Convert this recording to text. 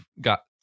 got